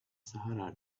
sahara